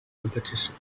competition